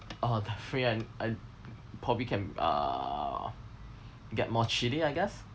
uh the free and I probably can uh get more chilli I guess